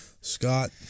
Scott